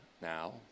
now